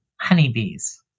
honeybees